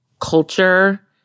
culture